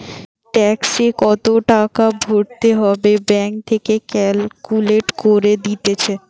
ট্যাক্সে কত টাকা ভরতে হবে ব্যাঙ্ক থেকে ক্যালকুলেট করে দিতেছে